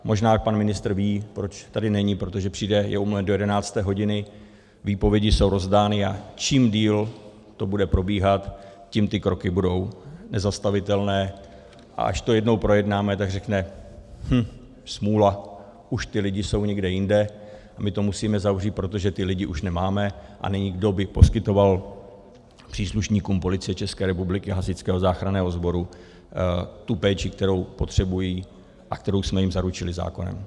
Možná pan ministr ví, proč tady není, protože je omluven do 11 hodiny, výpovědi jsou rozdány a čím déle to bude probíhat, tím ty kroky budou nezastavitelné, a až to jednou projednáme, tak řekne hm, smůla, už ti lidé jsou někde jinde a my to musíme zavřít, protože ty lidi už nemáme a není, kdo by poskytoval příslušníkům Policie České republiky a Hasičského záchranného sboru tu péči, kterou potřebují a kterou jsme jim zaručili zákonem.